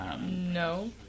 No